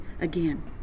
again